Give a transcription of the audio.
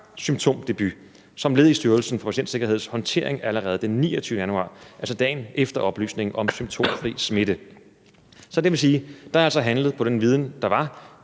symptomdebut, som led i Styrelsen for Patientsikkerheds håndtering allerede den 29. januar, altså dagen efter oplysning om symptomfri smitte. Det vil sige, at der altså er handlet på den viden, der var,